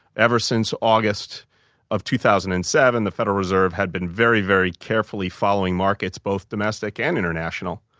ever since august of two thousand and seven, the federal reserve had been very, very carefully following markets, both domestic and international,